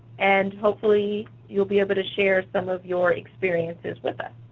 and hopefully, you'll be able to share some of your experiences with us.